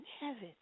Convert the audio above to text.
heaven